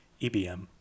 EBM